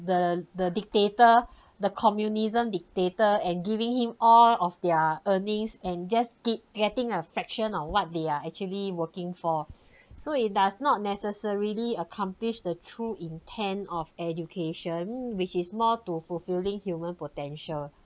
the the dictator the communism dictator and giving him all of their earnings and just get getting a fraction of what they are actually working for so it does not necessarily accomplish the true intent of education which is more to fulfilling human potential